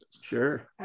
Sure